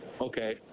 Okay